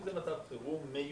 אז אם זה מצב חירום מיוחד,